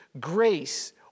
grace